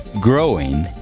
growing